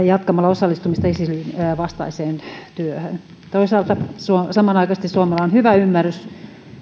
jatkamalla osallistumista isisin vastaiseen työhön toisaalta samanaikaisesti suomella on hyvä ymmärrys